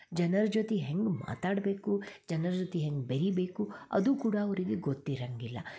ಜನರ ಜೊತೆ ಹೆಂಗೆ ಮಾತಾಡಬೇಕು ಜನರ ಜೊತೆ ಹೆಂಗೆ ಬೆರೆಯಬೇಕು ಅದು ಕೂಡ ಅವರಿಗೆ ಗೊತ್ತಿರಂಗಿಲ್ಲ